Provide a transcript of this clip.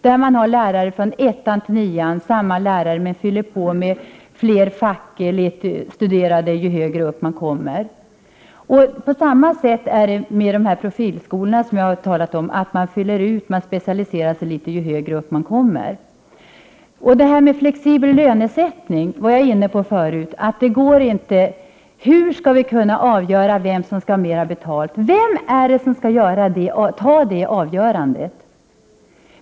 Man har samma lärare från 1:an till 9:an, men fyller på med fler fackstuderade ju högre upp man kommer. Det fungerar på samma sätt i de profilskolor som jag har talat om. Man specialiserar sig litet mer ju högre upp man kommer. Frågan om flexibel lönesättning var jag inne på tidigare. Det går inte. Hur skall vi kunna avgöra vem som skall ha mera betalt? Vem skall fälla det avgörandet?